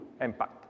impact